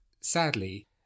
Sadly